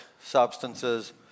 substances